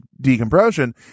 decompression